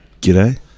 G'day